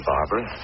Barbara